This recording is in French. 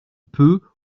peu